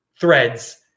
threads